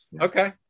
Okay